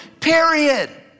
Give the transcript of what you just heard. period